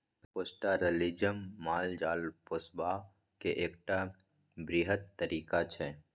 pastoralism माल जाल पोसबाक एकटा बृहत तरीका छै